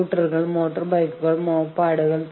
നിലവിലുള്ള പരിഹരിക്കപ്പെടാത്ത ഒരു പ്രശ്നമാണ് തടസ്സം